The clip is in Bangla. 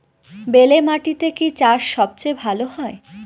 বেলে মাটিতে কি চাষ সবচেয়ে ভালো হয়?